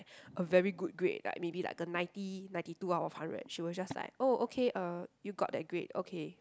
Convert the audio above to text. a very good grade like maybe like a ninety ninety two out of hundred she were just like oh okay uh you got that grade okay